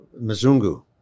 Mzungu